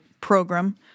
program